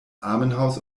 armenhaus